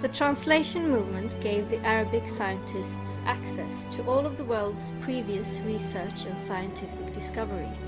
the translation movement gave the arabic scientists access to all of the world's previous research and scientific discoveries